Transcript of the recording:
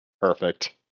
Perfect